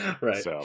Right